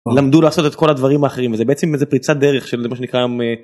למדו לעשות את כל הדברים האחרים, זה בעצם איזה פריצת דרך של מה שנקרא..